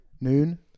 Noon